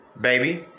Baby